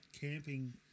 camping